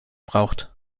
braucht